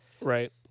Right